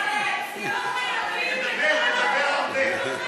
תדבר, תדבר הרבה.